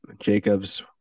Jacobs